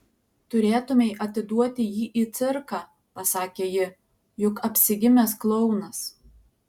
turėtumei atiduoti jį į cirką pasakė ji juk apsigimęs klounas